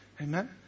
Amen